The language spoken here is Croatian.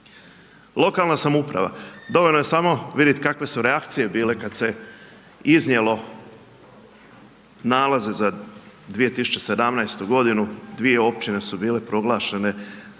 Lokalna samouprava. Dovoljno je samo vidjeti kakve su reakcije bile kada se iznijelo nalaze sa 2017. g., dvije općine su bile proglašenje,